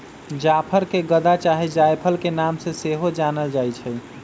जाफर के गदा चाहे जायफल के नाम से सेहो जानल जाइ छइ